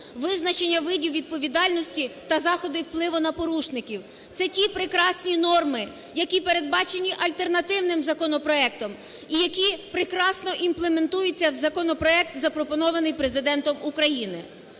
визначення видів відповідальності та заходи впливу на порушників. Це ті прекрасні норми, які передбачені альтернативним законопроектом і які прекрасноімплементуються в законопроект, запропонований Президентом України.